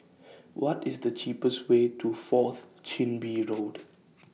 What IS The cheapest Way to Fourth Chin Bee Road